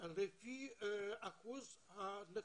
לפי אחוז הנכות,